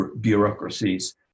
bureaucracies